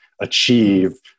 achieve